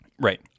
Right